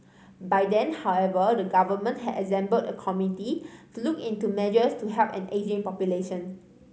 by then however the government had assembled a committee to look into measures to help an ageing population